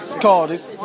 Cardiff